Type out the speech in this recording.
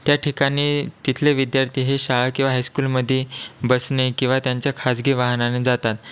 त्या ठिकाणी तिथले विद्यार्थी हे शाळा किंवा हायस्कूलमध्ये बसने किंवा त्यांच्या खाजगी वाहनाने जातात